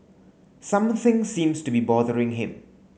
something seems to be bothering him